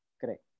correct